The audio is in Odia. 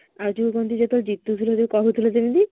ଆଉ ଯୋଉ କହନ୍ତି ଯେତେବେଳେ ଜିତୁଥିଲ ଯୋଉ କହୁଥିଲ ଯେମିତି